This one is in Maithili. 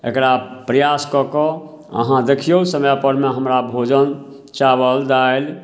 एकरा प्रयास कऽ कऽ अहाँ देखिऔ समयपरमे हमरा भोजन चावल दालि